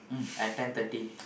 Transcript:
at ten thirty